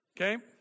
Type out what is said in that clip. okay